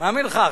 מה מנחה?